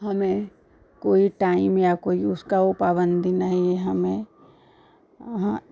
हमें कोई टाइम या कोई उसकी पाबन्दी नहीं है हमें